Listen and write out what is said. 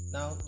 Now